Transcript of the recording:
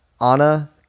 Anna